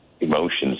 emotions